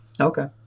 Okay